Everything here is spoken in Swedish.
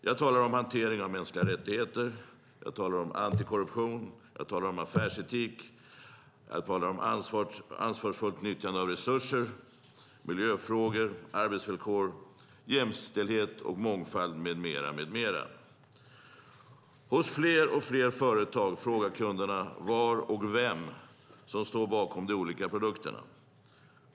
Jag talar om hantering av mänskliga rättigheter, antikorruption, affärsetik, ansvarsfullt nyttjande av resurser, miljöfrågor, arbetsvillkor, jämställdhet, mångfald med mera. Hos fler och fler företag frågar kunderna vem som står bakom de olika produkterna.